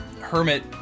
hermit